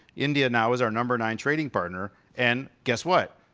india now is our number nine trading partner. and, guess what?